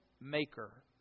maker